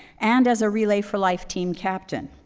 and as a relay for life team captain.